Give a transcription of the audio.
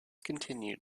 continued